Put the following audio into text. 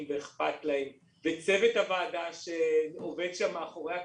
ואכפת להם וצוות הוועדה שעובד שם מאחורי הקלעים,